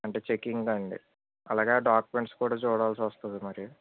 అంటే చెకింగ్ అండి అలాగే ఆ డాక్యూమెంట్స్ కూడా చుడాల్సి వేస్తుంది మరి